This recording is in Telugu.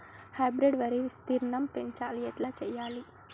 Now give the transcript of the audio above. హైబ్రిడ్ వరి విస్తీర్ణం పెంచాలి ఎట్ల చెయ్యాలి?